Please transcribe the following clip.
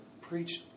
Preached